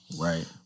Right